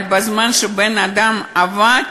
אבל בזמן שבן-אדם עבד,